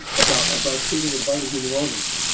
about about shooting at vital human organs.